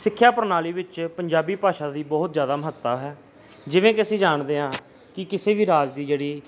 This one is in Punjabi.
ਸਿੱਖਿਆ ਪ੍ਰਣਾਲੀ ਵਿੱਚ ਪੰਜਾਬੀ ਭਾਸ਼ਾ ਦੀ ਬਹੁਤ ਜ਼ਿਆਦਾ ਮਹੱਤਤਾ ਹੈ ਜਿਵੇਂ ਕਿ ਅਸੀਂ ਜਾਣਦੇ ਹਾਂ ਕਿ ਕਿਸੇ ਵੀ ਰਾਜ ਦੀ ਜਿਹੜੀ